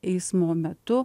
eismo metu